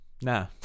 Nah